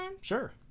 Sure